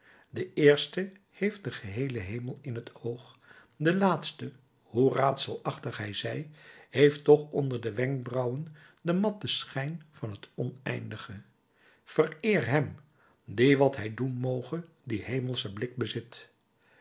de eerste heeft den geheelen hemel in t oog de laatste hoe raadselachtig hij zij heeft toch onder den wenkbrauw den matten schijn van het oneindige vereer hem die wat hij doen moge dien hemelschen blik bezit